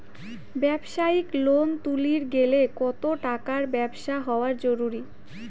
ব্যবসায়িক লোন তুলির গেলে কতো টাকার ব্যবসা হওয়া জরুরি?